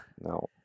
No